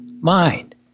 mind